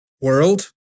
world